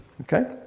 Okay